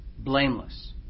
Blameless